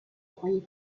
croyez